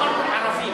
הורוביץ,